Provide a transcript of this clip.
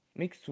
mix